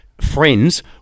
friends